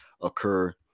occur